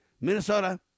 Minnesota